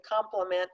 complement